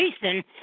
Jason